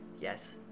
Yes